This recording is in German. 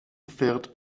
fährt